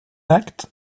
acte